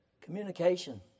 Communication